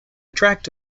tract